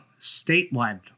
statewide